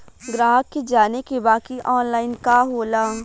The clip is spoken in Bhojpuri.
ग्राहक के जाने के बा की ऑनलाइन का होला?